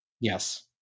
Yes